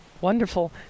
Wonderful